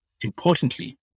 Importantly